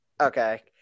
Okay